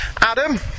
Adam